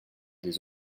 des